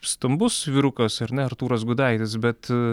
stambus vyrukas ar ne artūras gudaitis bet